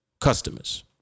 customers